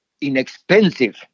inexpensive